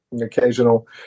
Occasional